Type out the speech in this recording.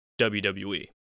WWE